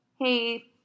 hey